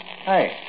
Hey